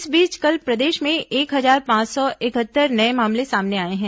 इस बीच कल प्रदेश में एक हजार पांच सौ इकहत्तर नये मामले सामने आए हैं